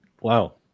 Wow